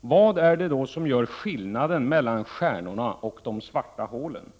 Vad är det då som gör skillnaden mellan stjärnorna och de svarta hålen?